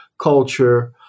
culture